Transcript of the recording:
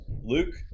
Luke